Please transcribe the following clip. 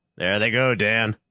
there they go, dan.